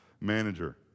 manager